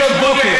לפנות בוקר.